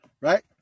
right